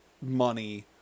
money